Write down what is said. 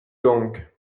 donc